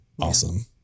awesome